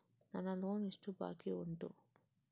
ನನ್ನ ಲೋನ್ ಎಷ್ಟು ಬಾಕಿ ಉಂಟು?